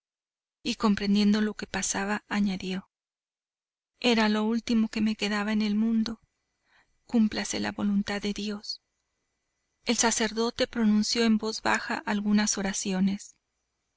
y comprendiendo lo que pasaba añadió era lo único que me quedaba en el mundo cúmplase la voluntad de dios el sacerdote pronunció en voz baja algunas oraciones